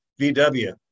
VW